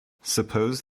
suppose